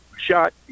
shot